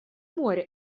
моря